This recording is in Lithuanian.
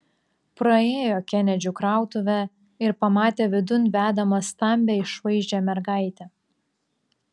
praėjo kenedžių krautuvę ir pamatė vidun vedamą stambią išvaizdžią mergaitę